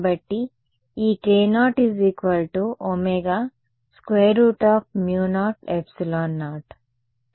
కాబట్టి ఈ k0ω0ε0